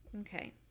Okay